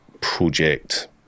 project